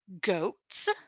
goats